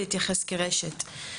להתייחס כרשת.